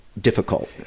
Difficult